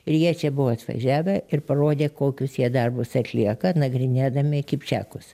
ir jie čia buvo atvažiavę ir parodė kokius jie darbus atlieka nagrinėdami kipčiakus